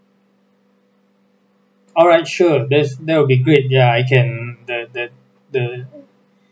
alright sure that's that will be great ya I can that that the